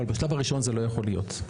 אבל בשלב הראשון זה לא יכול להיות,